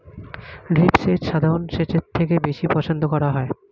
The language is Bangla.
ড্রিপ সেচ সাধারণ সেচের থেকে বেশি পছন্দ করা হয়